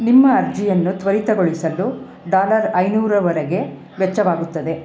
ನಿಮ್ಮ ಅರ್ಜಿಯನ್ನು ತ್ವರಿತಗೊಳಿಸಲು ಡಾಲರ್ ಐನೂರರವರೆಗೆ ವೆಚ್ಚವಾಗುತ್ತದೆ